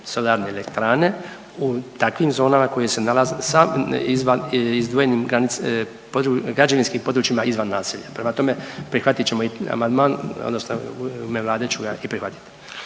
solarne elektrane u takvim zonama koje se nalaze, izvan, izdvojenim građevinskim područjima izvan naselja, prema tome prihvatit ćemo i amandman